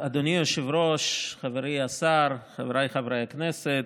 אדוני היושב-ראש, חברי השר, חבריי חברי הכנסת,